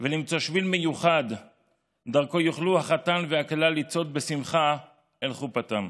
ולמצוא שביל מיוחד שדרכו יוכלו החתן והכלה לצעוד בשמחה אל חופתם.